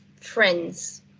friends